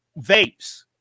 vapes